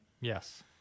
Yes